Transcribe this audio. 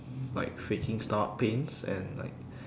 like faking stomach pains and like